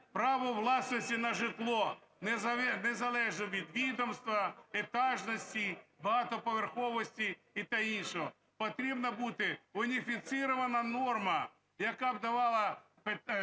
право власності на житло, незалежно від відомства, етажності, багатоповерховості та іншого. Потрібна бути уніфіцирована норма, яка б давала